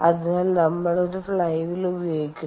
അതിനാൽ നമ്മൾ ഒരു ഫ്ലൈ വീൽ ഉപയോഗിക്കുന്നു